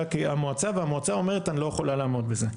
המועצה והמועצה אומרת אני לא יכולה לעמוד בזה.